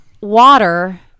water